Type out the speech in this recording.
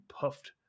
puffed